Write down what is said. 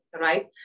right